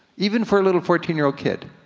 even for a little fourteen year old kid,